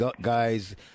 guys